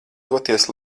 doties